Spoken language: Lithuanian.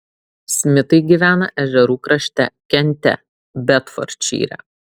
smitai gyvena ežerų krašte kente bedfordšyre